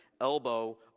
elbow